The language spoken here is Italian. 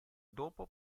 dopo